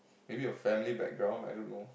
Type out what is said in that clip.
maybe your family background I don't know